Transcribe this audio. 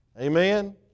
Amen